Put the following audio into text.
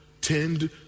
tend